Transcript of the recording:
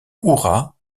hurrahs